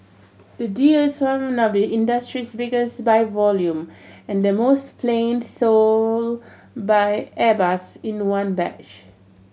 the deal is one industry's biggest by volume and the most planes sold by Airbus in one batch